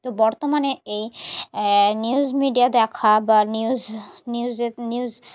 তো বর্তমানে এই নিউজ মিডিয়া দেখা বা নিউজ নিউজে নিউজ